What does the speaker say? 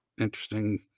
interesting